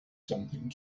something